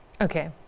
Okay